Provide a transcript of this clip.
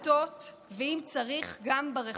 ברשתות, ואם צריך, גם ברחובות.